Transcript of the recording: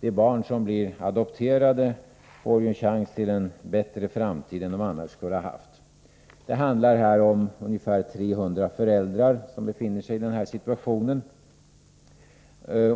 De barn som blir adopterade får ju en chans till en bättre framtid än de annars skulle ha haft. Det handlar om ungefär 300 föräldrar som befinner sig i denna situation,